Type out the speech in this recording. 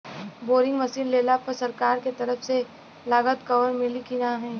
Boring machine लेला मे सरकार के तरफ से लागत कवर मिली की नाही?